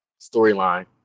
storyline